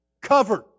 Covered